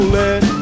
let